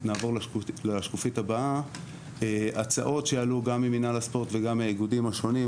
בשקופית הבאה תוכלו לראות הצעות שעלו ממינהל הספורט ומהאיגודים השונים.